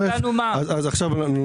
כל